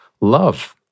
love